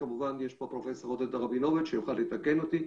נמצא פה פרופ' עודד רבינוביץ' שיוכל לתקן אותי,